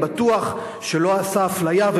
אני בטוח שהוא לא עשה אפליה,